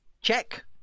check